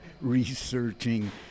researching